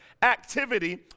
activity